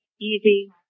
easy